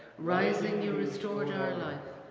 rising you restored her life,